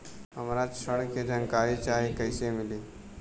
हमरा ऋण के जानकारी चाही कइसे मिली?